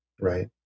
Right